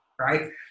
right